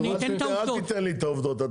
אל תתן לי את העובדות,